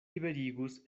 liberigus